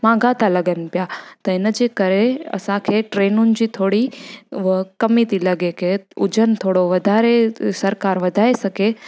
महांगा था लॻनि पिया त हिन जे करे असांखे ट्रेनुनि जी थोरी उहा कमी थी लॻे खे हुजनि थोरो वाधारे सरकारु वधाए सघे